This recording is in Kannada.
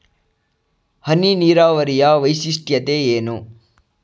ಹನಿ ನೀರಾವರಿಯ ವೈಶಿಷ್ಟ್ಯತೆ ಏನು?